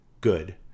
good